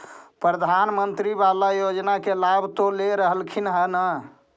प्रधानमंत्री बाला योजना के लाभ तो ले रहल्खिन ह न?